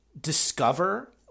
discover